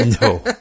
No